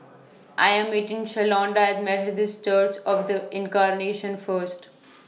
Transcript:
I Am meeting Shalonda At Methodist Church of The Incarnation First